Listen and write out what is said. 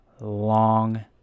long